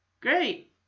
Great